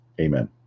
Amen